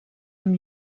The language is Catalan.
amb